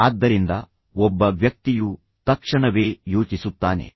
ಆದ್ದರಿಂದ ಒಬ್ಬ ವ್ಯಕ್ತಿಯು ತಕ್ಷಣವೇ ಯೋಚಿಸುತ್ತಾನೆ